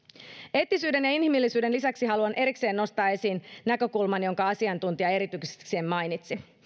eettisyyden ja inhimillisyyden lisäksi haluan erikseen nostaa esiin näkökulman jonka asiantuntija erityisesti mainitsi